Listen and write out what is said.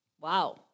Wow